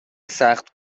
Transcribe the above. سخت